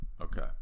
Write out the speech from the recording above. Okay